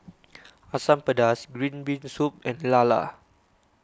Asam Pedas Green Bean Soup and Lala